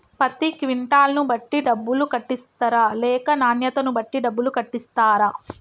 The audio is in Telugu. పత్తి క్వింటాల్ ను బట్టి డబ్బులు కట్టిస్తరా లేక నాణ్యతను బట్టి డబ్బులు కట్టిస్తారా?